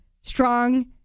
strong